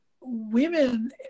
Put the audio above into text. women